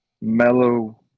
mellow